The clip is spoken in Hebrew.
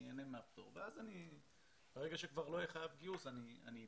אני אהנה מהפטור וברגע שכבר לא אהיה חייב גיוס אני אצא.